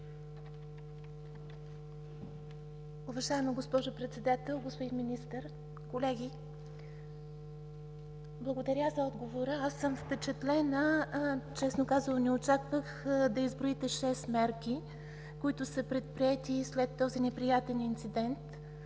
Уважаема госпожо Председател, господин Министър, колеги! Благодаря за отговора, аз съм впечатлена, честно казано не очаквах да изброите шест мерки, които са предприети след този неприятен инцидент,